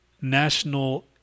National